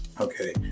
Okay